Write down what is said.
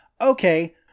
Okay